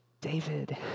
David